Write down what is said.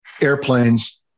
airplanes